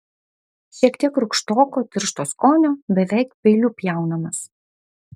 šiek tiek rūgštoko tiršto skonio beveik peiliu pjaunamas